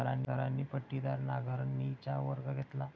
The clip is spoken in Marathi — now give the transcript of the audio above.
सरांनी पट्टीदार नांगरणीचा वर्ग घेतला